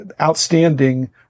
outstanding